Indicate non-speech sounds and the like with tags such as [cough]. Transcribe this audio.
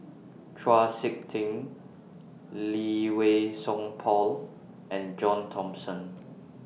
[noise] Chau Sik Ting Lee Wei Song Paul and John Thomson